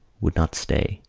would not stay.